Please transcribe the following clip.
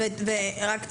ורק תוספת,